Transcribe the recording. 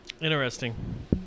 Interesting